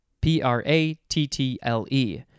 P-R-A-T-T-L-E